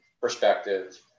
perspective